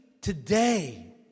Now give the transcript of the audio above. today